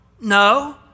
No